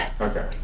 Okay